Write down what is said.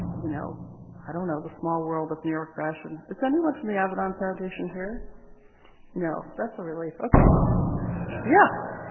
you know i don't know the small world of new york fashion. is anyone from the avedon foundation here no that's a relief okay yeah.